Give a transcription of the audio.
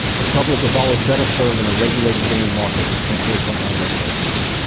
the public is always better served in a regulated gaming market compared to and unregulated market.